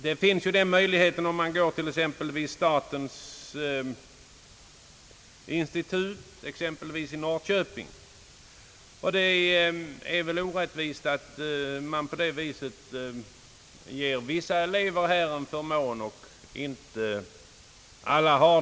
Den möjligheten finns för studerande vid statens institut exempelvis i Norrköping, och det är orättvist att man på det sättet ger vissa elever en förmån som inte alla har.